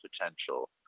potential